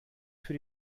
für